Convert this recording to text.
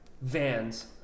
Vans